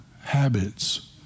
habits